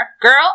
Girl